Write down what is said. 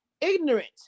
ignorant